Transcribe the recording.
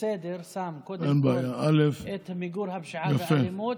בסדר שם קודם כול את מיגור הפשיעה והאלימות,